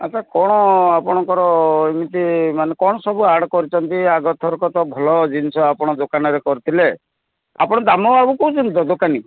ଆଛା କ'ଣ ଆପଣଙ୍କର ଏମିତି ମାନେ କ'ଣ ସବୁ ଆଡ଼୍ କରିଛନ୍ତି ଆଗ ଥରକତ ଭଲ ଜିନିଷ ଆପଣଙ୍କର ଦୋକାନରେ କରିଥିଲେ ଆପଣ ଦାମ ବାବୁ କହୁଛନ୍ତି ତ ଦୋକାନୀ